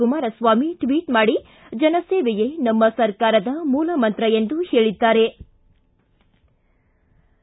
Kumaraswamy tweet ಮಾಡಿ ಜನಸೇವೆಯೇ ನಮ್ಮ ಸರ್ಕಾರದ ಮೂಲಮಂತ್ರ ಎಂದು ಹೇಳದ್ದಾರೆ